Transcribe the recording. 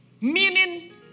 Meaning